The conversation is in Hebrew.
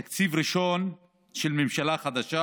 תקציב ראשון של ממשלה חדשה